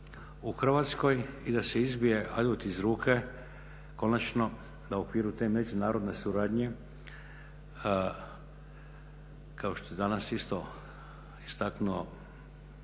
u Hrvatskoj i da se izbije adut iz ruke. Konačno da u okviru te međunarodne suradnje kao što je danas isto istaknuo